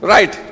Right